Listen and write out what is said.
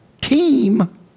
team